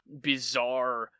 bizarre